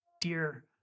dear